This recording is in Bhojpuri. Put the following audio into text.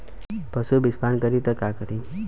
पशु विषपान करी त का करी?